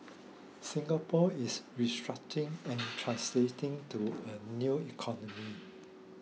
Singapore is restructuring and translating to a new economy